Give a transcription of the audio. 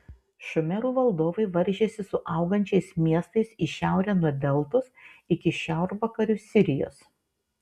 šumerų valdovai varžėsi su augančiais miestais į šiaurę nuo deltos iki šiaurvakarių sirijos